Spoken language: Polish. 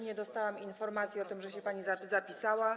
Nie dostałam informacji o tym, że się pani zapisała.